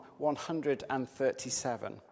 137